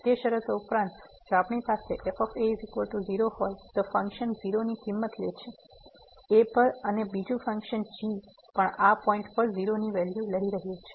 તે શરતો ઉપરાંત જો આપણી પાસે f 0 હોય તો ફંકશન 0 ની કિંમત લે છે a પર અને બીજું ફંક્શન g પણ આ પોઈન્ટ પર 0 ની વેલ્યુ લઈ રહ્યું છે